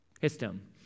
system